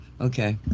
Okay